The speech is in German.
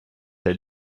herr